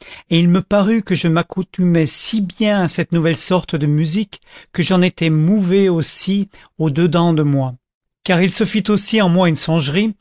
et il me parut que je m'accoutumais si bien à cette nouvelle sorte de musique que j'en étais mouvé aussi au dedans de moi car il se fit aussi en moi une songerie